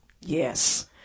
Yes